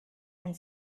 and